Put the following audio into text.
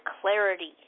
clarity